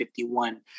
51